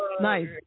nice